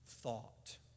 thought